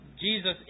Jesus